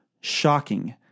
shocking